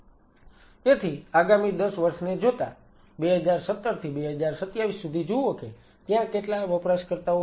તેથી આગામી 10 વર્ષને જોતા 2017 થી 2027 સુધી જુઓ કે ત્યાં કેટલા વપરાશકર્તાઓ હશે